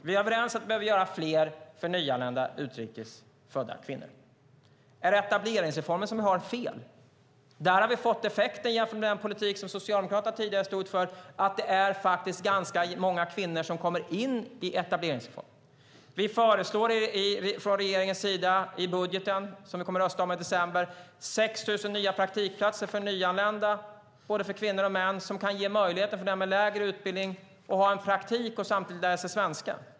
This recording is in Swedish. Vi är överens om att vi behöver göra mer för nyanlända utrikes födda kvinnor. Är den etableringsreform som vi har fel? Där har vi fått effekten jämfört med den politik som Socialdemokraterna tidigare stod för att det är ganska många kvinnor som kommer in i etableringsreformen. Vi föreslår från regeringen i den budget som vi kommer att rösta om i december 6 000 nya praktikplatser för nyanlända - både kvinnor och män. Detta kan ge möjligheter för dem med lägre utbildning att få en praktik och samtidigt lära sig svenska.